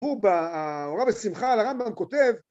הוא בהורה ושמחה על הרמב״ם כותב